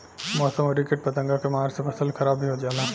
मौसम अउरी किट पतंगा के मार से फसल खराब भी हो जाला